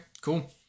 cool